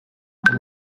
tant